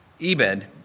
Ebed